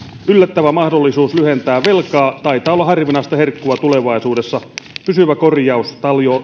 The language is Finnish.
yllättävä mahdollisuus lyhentää velkaa taitaa olla harvinaista herkkua tulevaisuudessa pysyvä korjaus